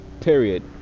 period